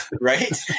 right